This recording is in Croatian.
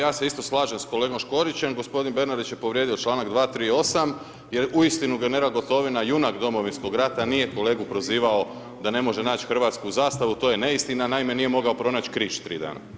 Pa je se isto slažem s kolegom Škorićem, gospodin Bernardić je povrijedio članak 238. jer uistinu general Gotovina junak Domovinskog rata nije kolegu prozivao da ne može naći Hrvatsku zastavu, to je neistina, naime nije mogao pronać križ 3 dana.